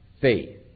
faith